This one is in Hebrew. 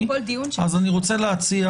אני רוצה להציע